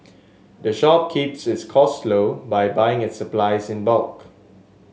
the shop keeps its costs low by buying its supplies in bulk